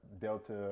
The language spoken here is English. Delta